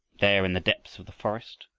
there in the depths of the forest,